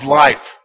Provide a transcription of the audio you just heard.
life